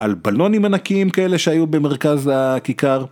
על בלונים ענקיים כאלה שהיו במרכז הכיכר